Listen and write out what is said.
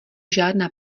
žádná